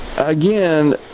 Again